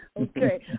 Okay